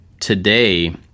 today